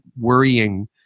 worrying